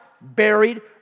buried